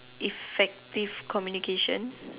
effective communication